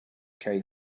carry